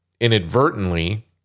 inadvertently